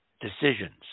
decisions